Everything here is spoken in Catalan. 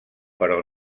però